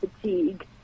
fatigue